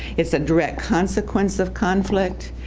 it's a direct consequence of conflict,